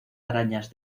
arañas